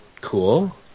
cool